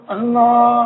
Allah